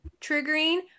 triggering